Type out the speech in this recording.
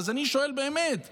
אני באמת שואל: